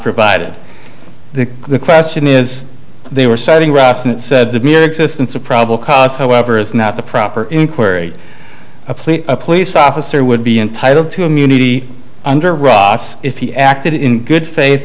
provided that the question is they were citing rason it said the mere existence of probable cause however is not the proper inquiry afleet a police officer would be entitled to immunity under ross if he acted in good faith